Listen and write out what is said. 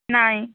ନାଇଁ